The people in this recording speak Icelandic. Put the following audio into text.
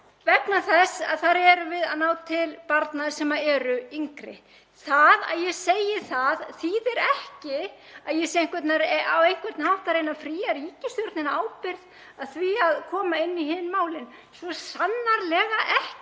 vegna þess að þar erum við að ná til barna sem eru yngri. Það að ég segi það þýðir ekki að ég sé á einhvern hátt að reyna að fría ríkisstjórnina ábyrgð á því að koma inn í hin málin, svo sannarlega ekki.